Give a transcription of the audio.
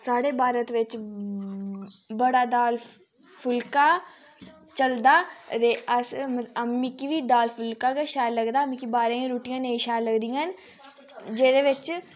साढ़े भारत बिच्च बड़ा दाल फुलका चलदा अदे अस मिकी बी दाल फुलका गै शैल लगदा मिकी बाह्रै दियां रुट्टियां नेईं शैल लगदियां हैन जेह्दे बिच्च